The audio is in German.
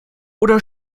oder